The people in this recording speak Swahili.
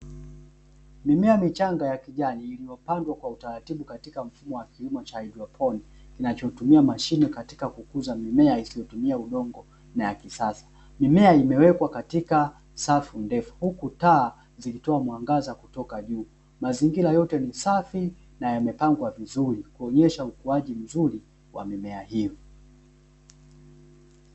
Mimea michanga ya kijani iliyopandwa kwa utaratibu katika mfumo wa kilimo cha haidroponi kinachotumia mashine kukuza mimea isiyotumia udongo na ya kisasa. Mimea imewekwa katika safu ndefu huku taa zikitoa mwangaza kutoka juu, mazingira yote ni safi na yamepangwa vizuri kuonyesha ukuaji mzuri wa mimea hiyo.